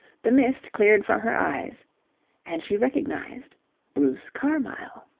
the mist cleared from her eyes and she recognized bruce carmyle.